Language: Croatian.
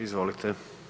Izvolite.